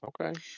Okay